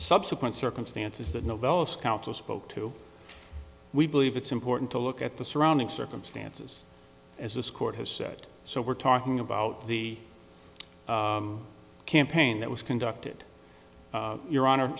subsequent circumstances that novellus council spoke to we believe it's important to look at the surrounding circumstances as this court has said so we're talking about the campaign that was conducted your honor